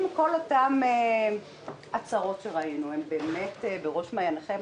אם כל אותן הצהרות ששמענו הן באמת בראש מעייניכם,